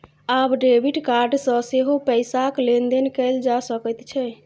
आब debit card सँ सेहो पैसाक लेन देन कैल जा सकैत छै